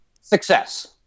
success